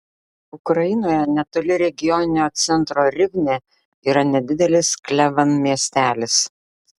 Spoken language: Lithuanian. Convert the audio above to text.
ukrainoje netoli regioninio centro rivne yra nedidelis klevan miestelis